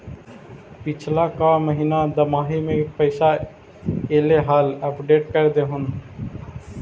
पिछला का महिना दमाहि में पैसा ऐले हाल अपडेट कर देहुन?